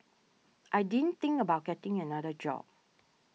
I didn't think about getting another job